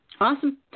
Awesome